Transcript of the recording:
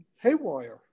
haywire